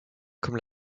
comme